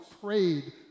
prayed